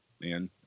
man